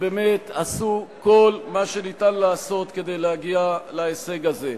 שבאמת עשו כל מה שניתן לעשות כדי להגיע להישג הזה,